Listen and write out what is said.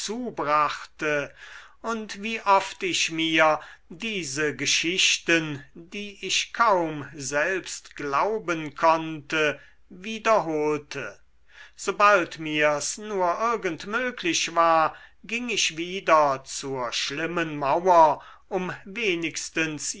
zubrachte und wie oft ich mir diese geschichten die ich kaum selbst glauben konnte wiederholte sobald mir's nur irgend möglich war ging ich wieder zur schlimmen mauer um wenigstens